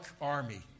army